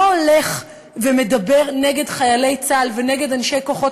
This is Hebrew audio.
לא הולך ומדבר נגד חיילי צה"ל ונגד אנשי כוחות